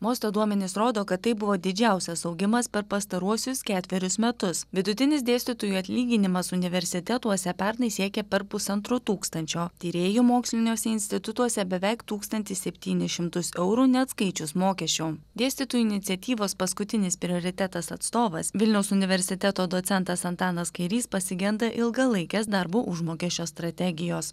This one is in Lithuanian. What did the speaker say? mosto duomenys rodo kad tai buvo didžiausias augimas per pastaruosius ketverius metus vidutinis dėstytojų atlyginimas universitetuose pernai siekė per pusantro tūkstančio tyrėjų moksliniuose institutuose beveik tūkstantis septynis šimtus eurų neatskaičius mokesčių dėstytojų iniciatyvos paskutinis prioritetas atstovas vilniaus universiteto docentas antanas kairys pasigenda ilgalaikės darbo užmokesčio strategijos